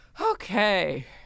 okay